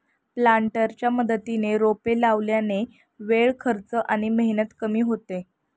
प्लांटरच्या मदतीने रोपे लावल्याने वेळ, खर्च आणि मेहनत कमी होते